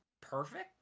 perfect